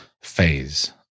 phase